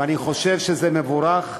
ואני חושב שזה מבורך.